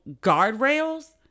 guardrails